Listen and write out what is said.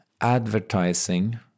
advertising